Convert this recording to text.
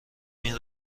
این